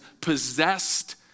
possessed